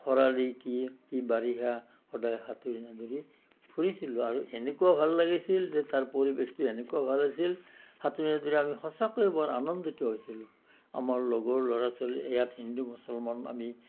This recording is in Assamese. খৰালি কি কি বাৰিষা সদায় সাঁতুৰি নাদুৰি ফুৰিছিলোঁ আৰু এনেকুৱা ভাল লাগিছিল যে তাৰ পৰিৱেশটো এনেকুৱা ভাল আছিল সাঁতুৰি নাদুৰি আমি সঁচাকৈয়ে বৰ আনন্দিত হৈছিলোঁ আমাৰ লগৰ লৰা ছোৱালী ইয়াত হিন্দু মুছলমান আমি